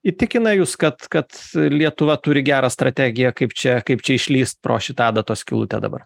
įtikina jus kad kad lietuva turi gerą strategiją kaip čia kaip čia išlįst pro šitą adatos skylutę dabar